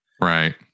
Right